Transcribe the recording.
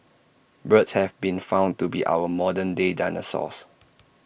birds have been found to be our modern day dinosaurs